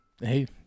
Hey